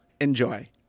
enjoy